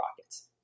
Rockets